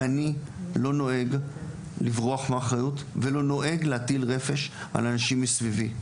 ואני לא נוהג לברוח מאחריות ולא נוהג להטיל רפש על אנשים מסביבי.